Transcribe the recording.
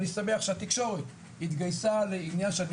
אני שמח שהתקשורת התגייסה לעניין שאני